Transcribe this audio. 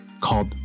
called